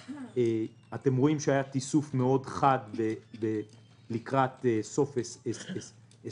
אתם רואים שהיה תיסוף מאוד חד לקראת סוף 2020